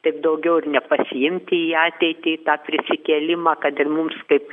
taip daugiau ir nepasiimti į ateitį į tą prisikėlimą kad ir mums kaip